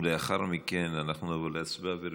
ולאחר מכן נעבור להצבעה.